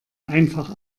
einfach